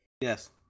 Yes